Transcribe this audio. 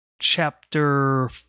chapter